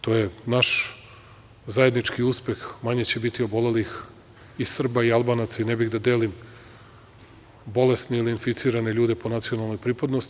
To je naš zajednički uspeh, manje će biti obolelih i Srba i Albanaca i nee bih da delim bolesne ili inficirane ljude po nacionalnoj pripadnosti.